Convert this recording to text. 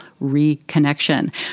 reconnection